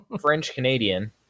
French-Canadian